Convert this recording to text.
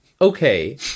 Okay